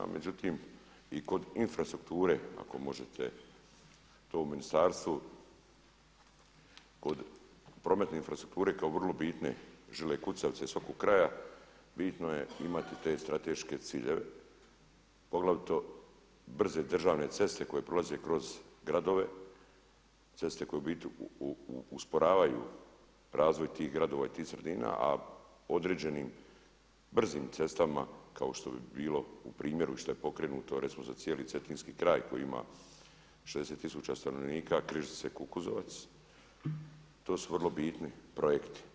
Međutim i kod infrastrukture ako možete to u ministarstvu od prometne infrastrukture kao vrlo bitne žile kucavice svakog kraja bitno je imati te strateške ciljeve, poglavito brze državne ceste koje prolaze kroz gradove, ceste koje u biti usporavaju razvoj tih gradova i tih sredina, a određenim brzim cestama kao što bi bilo u primjeru što je pokrenuto za cijeli cetinski kraj koji ima 60 tisuća stanovnika Križice-Kukuzovac to su vrlo bitni projekti.